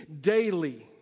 daily